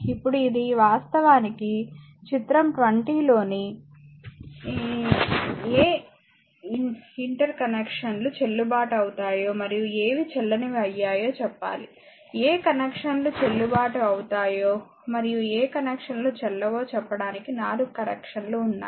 ఇప్పుడు ఇది వాస్తవానికి చిత్రం 20 లోని ఏ ఇంటర్ కనెక్షన్లు చెల్లుబాటు అయ్యాయో మరియు ఏవి చెల్లనివి అయ్యాయో చెప్పాలి ఏ కనెక్షన్లు చెల్లుబాటు అవుతాయో మరియు ఏ కనెక్షన్లు కనెక్షన్ లు చెల్లవో చెప్పడానికి 4 కనెక్షన్లు ఉన్నాయి